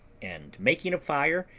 and, making a fire,